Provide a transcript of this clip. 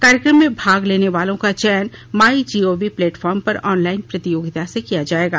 कार्यक्रम में भाग लेने वालों का चयन माईजीओवी प्लेटफॉर्म पर ऑनलाइन प्रतियोगिता से किया जाएगा